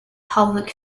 pelvic